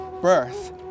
birth